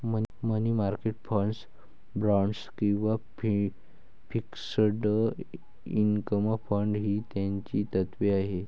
मनी market fund, bonds किंवा fixed income fund ही त्याची तत्त्वे आहेत